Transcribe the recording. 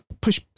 push